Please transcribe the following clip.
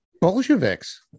Bolsheviks